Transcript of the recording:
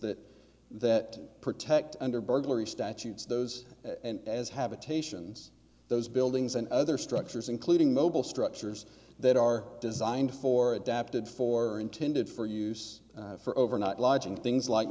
that that protect under burglary statutes those as habitations those buildings and other structures including mobile structures that are designed for adapted for intended for use for overnight lodging things like